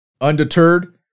Undeterred